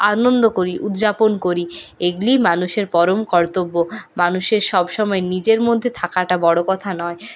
আনন্দ করি উদযাপন করি এগুলিই মানুষের পরম কর্তব্য মানুষের সবসময় নিজের মধ্যে থাকাটা বড়ো কথা নয়